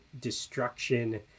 destruction